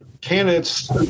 candidates